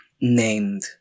named